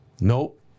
Nope